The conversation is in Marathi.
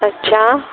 अच्छा